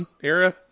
era